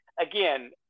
Again